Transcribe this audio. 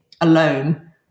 alone